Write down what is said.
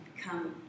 come